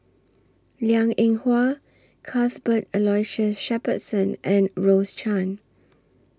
Liang Eng Hwa Cuthbert Aloysius Shepherdson and Rose Chan